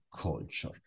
culture